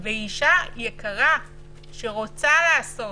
והיא אשה יקרה שרוצה לעשות.